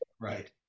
right